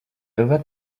over